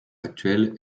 actuel